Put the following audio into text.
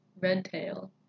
Redtail